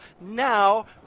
now